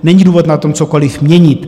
Není důvod na tom cokoliv měnit.